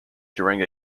during